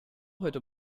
heute